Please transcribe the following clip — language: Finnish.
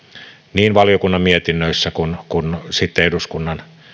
niin valiokunnan mietinnöissä kuin sitten eduskunnan tekemissä